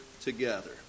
together